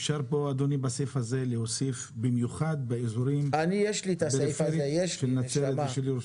אפשר להוסיף בסעיף הזה: במיוחד באזורים כמו נצרת וירושלים.